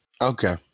Okay